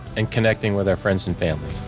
and connecting with our friends and family.